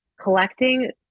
collecting